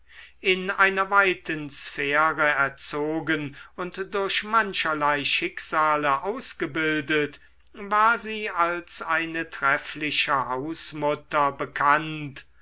in einer weiten sphäre erzogen und durch mancherlei schicksale ausgebildet war sie als eine treffliche hausmutter bekannt